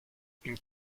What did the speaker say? une